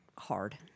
Hard